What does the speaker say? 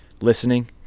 listening